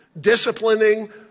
disciplining